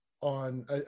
on